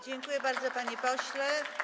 Dziękuję bardzo, panie pośle.